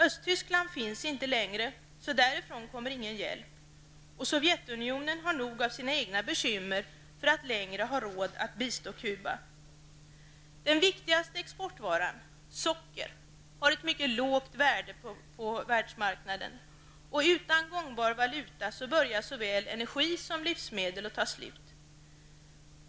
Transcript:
Östtyskland finns inte längre, så därifrån kommer det ingen hjälp. Sovjetunionen har alltför mycket av egna bekymmer för att längre ha råd att bistå Cuba. Den viktigaste exportvaran, socker, har ett mycket lågt värde på världsmarknaden, och utan gångbar valuta börjar såväl energi som livsmedel att ta slut.